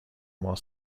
while